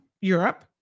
Europe